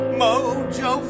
mojo